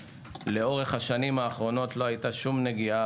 לאורך השנים האחרונות לא הייתה שום נגיעה